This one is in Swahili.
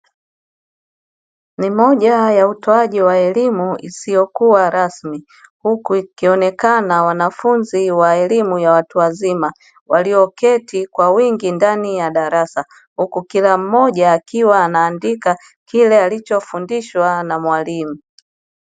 Ni moja ya utoaji wa elimu isiyokuwa rasmi. Huku kikionekana wanafunzi wa elimu ya watu wazima walioketi kwa wingi ndani ya darasa, huku kila mmoja akiwa anaandika kile alichofundishwa na mwalimu.